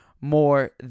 more